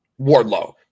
Wardlow